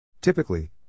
Typically